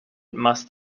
must